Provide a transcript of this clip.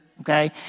okay